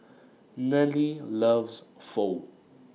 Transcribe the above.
Nelly loves Pho